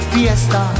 Fiesta